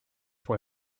pour